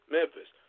Memphis